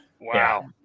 Wow